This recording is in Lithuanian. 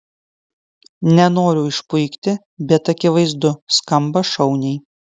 nenoriu išpuikti bet akivaizdu skamba šauniai